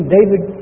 David